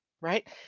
right